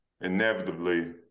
inevitably